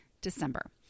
December